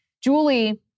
Julie